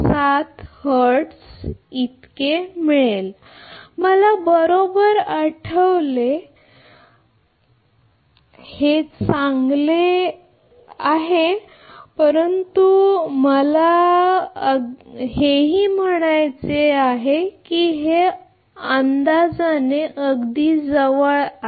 0117 hertz होईल किंवा मला बरोबर आठवले तर हे चांगले अंदाजे आहे परंतु मला म्हणायचे आहे की अगदी जवळ आहे आणि हे देखील आहे